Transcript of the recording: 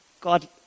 God